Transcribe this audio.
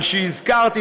על שהזכרת לי,